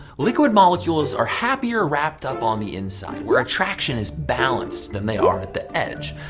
liquid molecules are happier wrapped up on the inside, where attraction is balanced, than they are at the edge.